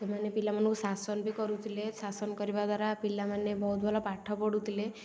ସେମାନେ ପିଲାମାନଙ୍କୁ ଶାସନ ବି କରୁଥିଲେ ଶାସନ କରିବା ଦ୍ୱାରା ପିଲାମାନେ ବହୁତ ଭଲ ପାଠ ପଢ଼ୁଥିଲେ